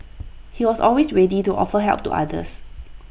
he was always ready to offer help to others